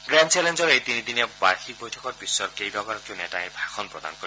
grand চেলেঞ্জৰ এই তিনিদিনীয়া বাৰ্ষিক বৈঠকত বিশ্বৰ কেইবাগৰাকীও নেতাই ভাষণ প্ৰদান কৰিব